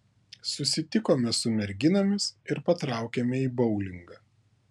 susitikome su merginomis ir patraukėme į boulingą